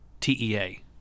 TEA